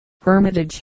Hermitage